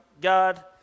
God